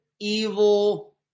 evil